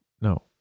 No